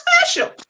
special